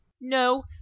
no